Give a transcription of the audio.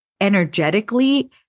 energetically